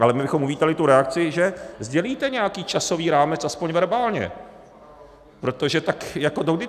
Ale my bychom uvítali tu reakci, že sdělíte nějaký časový rámec aspoň verbálně, protože tak jako dokdy to bude?